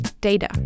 Data